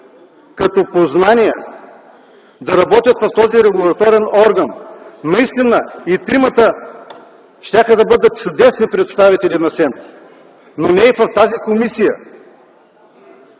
като познания да работят в този регулаторен орган. Наистина, и тримата щяха да бъдат чудесни представители на СЕМ, но не и в тази комисия.